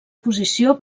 posició